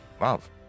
love